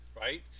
right